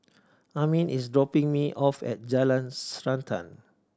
Amin is dropping me off at Jalan Srantan